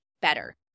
better